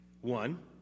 One